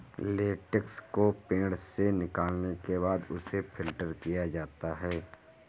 latex को पेड़ से निकालने के बाद उसे फ़िल्टर किया जाता है